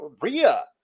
Rhea